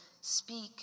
speak